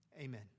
Amen